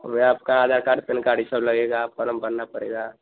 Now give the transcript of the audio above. और यह आपका आधार कार्ड पेन कार्ड ई सब लगेगा फोरम भरना पड़ेगा